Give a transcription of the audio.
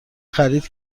خرید